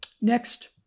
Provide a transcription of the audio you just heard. next